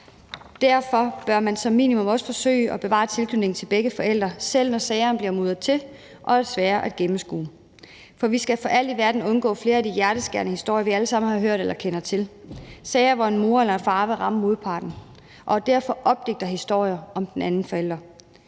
Derfor bør man som minimum også forsøge at bevare tilknytningen til begge forældre, selv når sagerne bliver mudret til og er svære at gennemskue. For vi skal for alt i verden undgå flere af de hjerteskærende historier, vi alle sammen har hørt om eller kender til – sager, hvor en mor eller en far vil ramme modparten og derfor opdigter historier om den anden forælder.